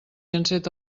enceta